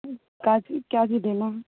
کا کی کیا ہی دینا